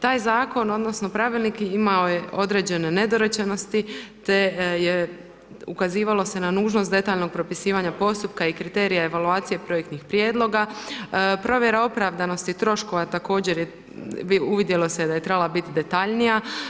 Taj zakon odnosno pravilnik imao je određene nedorečenosti te se ukazivalo na nužnost detaljnog propisivanja postupka i kriterija evaluacije projektnih prijedloga, provjera opravdanosti troškova također je uvidjelo se da je trebala biti detaljnija.